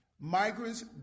Migrants